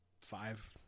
five